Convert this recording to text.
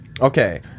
Okay